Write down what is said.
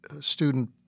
student